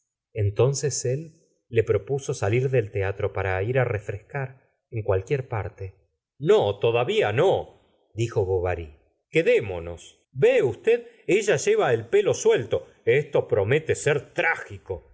entonces él le propuso salir del teatro para ir á refrescar en cua lqaier parte no todavía no dijo bovary quedémonos vé usted ella lleva el pelo suelto esto promete ser trágico